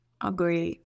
agree